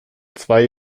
zwei